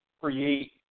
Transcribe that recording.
create